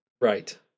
right